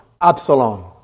Absalom